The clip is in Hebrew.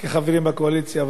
כחברים בקואליציה.